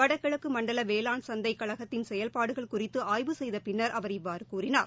வடகிழக்கு மண்டல வேளாண் சந்தை கழகத்தின் செயல்பாடுகள் குறித்து ஆய்வு செய்த பின்னா் அவர் இவ்வாறு கூறினார்